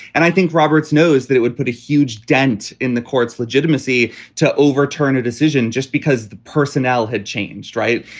and i think roberts knows that it would put a huge dent in the court's legitimacy to overturn a decision just because the personnel had changed. right.